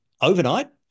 overnight